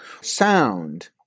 sound